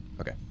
Okay